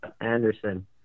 Anderson